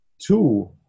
Two